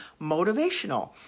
motivational